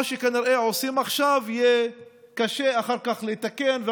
את מה שכנראה עושים עכשיו יהיה קשה לתקן אחר כך